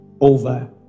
over